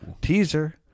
teaser